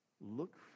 look